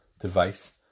device